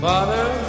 Father